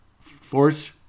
force